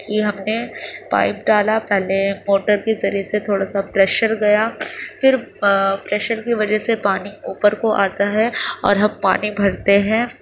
کہ ہم نے پائپ ڈالا پہلے موٹر کے ذریعے سے تھوڑا سا پریشر گیا پھر پریشر کی وجہ سے پانی اوپر کو آتا ہے اور ہم پانی بھرتے ہیں